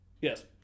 Yes